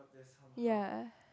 ya